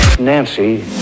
Nancy